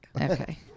Okay